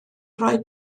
roi